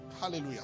Hallelujah